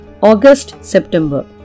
August-September